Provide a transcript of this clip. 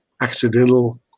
accidental